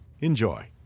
Enjoy